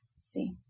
see